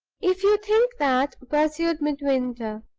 if you think that, pursued midwinter,